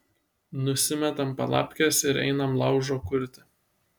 nusimetam palapkes ir einam laužo kurti